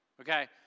okay